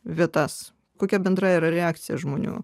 vietas kokia bendra yra reakcija žmonių